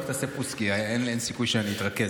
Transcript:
רק תעשה פוס, כי אין סיכוי שאני אתרכז.